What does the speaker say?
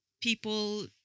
people